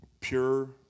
Pure